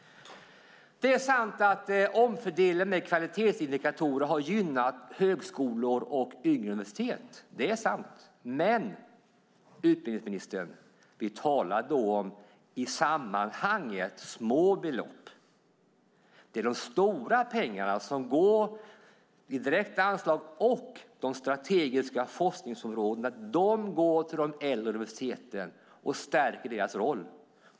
Det är sant att omfördelningen med kvalitetsindikatorer har gynnat högskolor och yngre universitet. Det är sant. Men, utbildningsministern, vi talar då om i sammanhanget små belopp. De stora pengarna till direkta anslag och till strategiska forskningsområden går till de äldre universiteten och stärker deras roll.